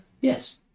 Yes